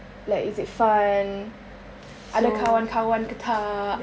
like is it fun ada kawan-kawan ke tak